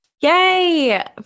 Yay